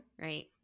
right